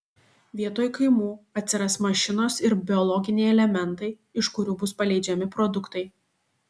vietoj kaimų atsiras mašinos ir biologiniai elementai iš kurių bus paleidžiami produktai